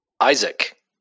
Isaac